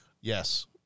Yes